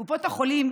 קופות החולים,